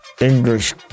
English